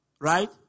Right